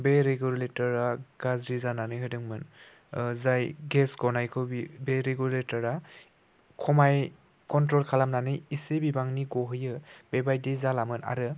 बे रेगुलेटरा गाज्रि जानानै होदोंमोन जाय गेस गनायखौ बे रेगुलेटरा खमाय कन्ट्र'ल खालामनानै इसे बिबांनि गहोयो बेबायदि जालामोन आरो